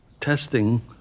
testing